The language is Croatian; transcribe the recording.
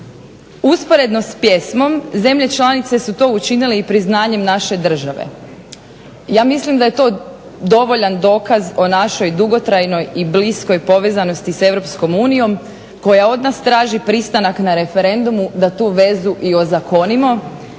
Usporedno s pjesmom zemlje članice su to učinile i priznanjem naše države. ja mislim da je to dovoljan dokaz o našoj dugotrajnoj i bliskoj povezanosti sa Europskom unijom koja od nas traži pristanak na referendumu da tu vezu i ozakonimo